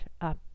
up